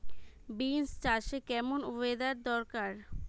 Beans চাষে কেমন weather দরকার?